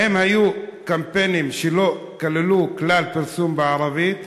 האם היו קמפיינים שלא כללו כלל פרסום בערבית?